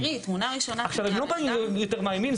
הם לא באים יותר ומאיימים.